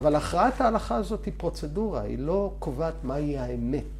‫אבל הכרעת ההלכה הזאת ‫היא פרוצדורה, ‫היא לא קובעת מהי האמת.